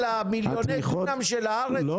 999. חברים,